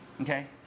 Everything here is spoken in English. Okay